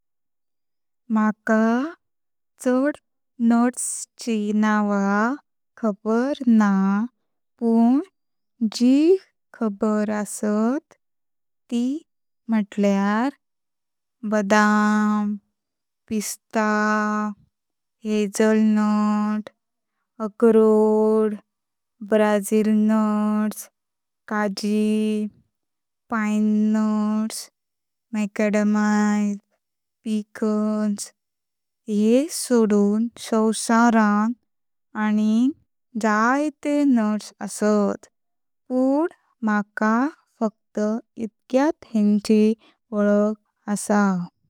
माका चड नट्स ची नवा खबर ना पण जी खबर असत त म्हुटल्यार बदाम, पिस्ता, हेज़लनट, अखरोट, ब्राज़िल नट्स, काजू, पाइन नट्स, माकडेमियास, पेकान्स। हे सोडून संसारान आनीक जायते नट्स असत पण माका फक्त इतक्यात हेन्ची वळख आहे।